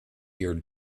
your